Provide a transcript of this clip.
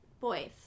boys